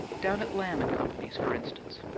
down at lamb and company's, for instance.